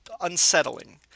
unsettling